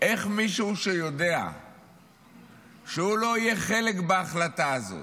איך מישהו שיודע שהוא לא יהיה חלק בהחלטה הזאת,